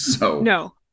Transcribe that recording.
No